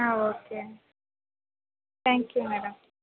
um okay thank you madam